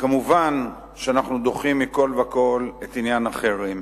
מובן שאנחנו דוחים מכול וכול את עניין החרם.